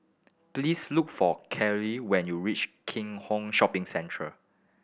please look for Katelyn when you reach Keat Hong Shopping Centre